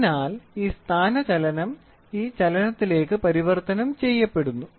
അതിനാൽ ഈ സ്ഥാനചലനം ഈ ചലനത്തിലേക്ക് പരിവർത്തനം ചെയ്യപ്പെടുന്നു